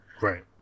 Right